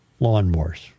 lawnmowers